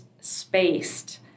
spaced